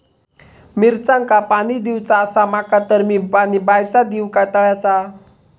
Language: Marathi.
मिरचांका पाणी दिवचा आसा माका तर मी पाणी बायचा दिव काय तळ्याचा?